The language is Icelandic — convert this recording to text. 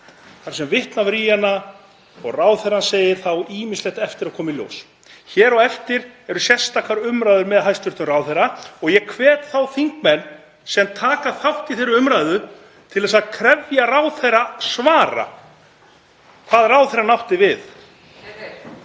þar sem vitnað var í hana og ráðherrann segir þá ýmislegt eiga eftir að koma í ljós. Hér á eftir eru sérstakar umræður með hæstv. ráðherra og ég hvet þá þingmenn sem taka þátt í þeirri umræðu til að krefja ráðherra svara, hvað ráðherrann hafi átti við.